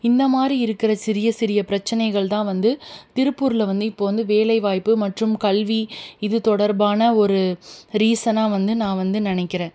இந்தமாதிரி இருக்கிற சிறிய சிறிய பிரச்சனைகள் தான் வந்து திருப்பூரில் வந்து இப்போது வந்து வேலைவாய்ப்பு மற்றும் கல்வி இது தொடர்பான ஒரு ரீசனாக வந்து நான் வந்து நினைக்கிறேன்